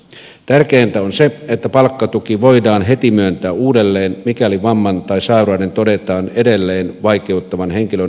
tärkeintä on se että palkkatuki voidaan heti myöntää uudelleen mikäli vamman tai sairauden todetaan edelleen vaikeuttavan henkilön normaalia työllistymistä